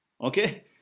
Okay